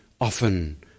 often